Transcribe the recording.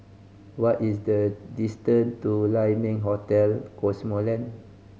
what is the distance to Lai Ming Hotel Cosmoland